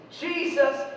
Jesus